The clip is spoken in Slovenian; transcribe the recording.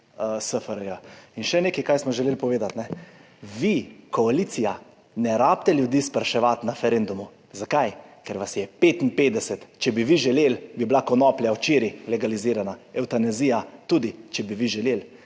SFRJ. In še nekaj, kar smo želeli povedati, vam, koaliciji, ni treba ljudi spraševati na referendumu. Zakaj? Ker vas je 55. Če bi vi želeli, bi bila konoplja včeraj legalizirana, evtanazija tudi, če bi vi želeli.